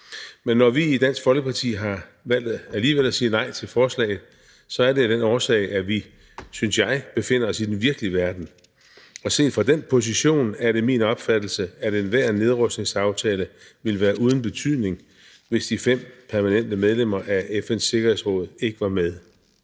Men når vi i Dansk Folkeparti har valgt alligevel at sige nej til forslaget, er det af den årsag, at vi, synes jeg, befinder os i den virkelige verden, og set fra den position er det min opfattelse, at enhver nedrustningsaftale ville være uden betydning, hvis de fem permanente medlemmer af FN's Sikkerhedsråd ikke var med